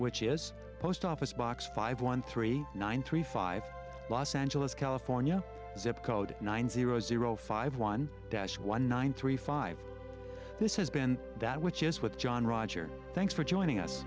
which is post office box five one three nine three five los angeles california zip code nine zero zero five one dash one nine three five this has been that which is with john roger thanks for joining us